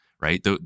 right